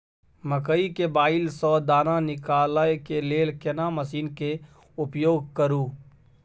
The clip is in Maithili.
मकई के बाईल स दाना निकालय के लेल केना मसीन के उपयोग करू?